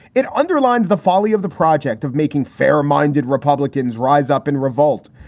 it underlines the folly of the project of making fair minded republicans rise up in revolt.